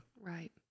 Right